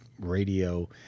radio